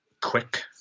quick